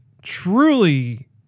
truly